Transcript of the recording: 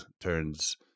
turns